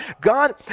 God